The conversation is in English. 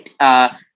right